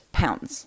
pounds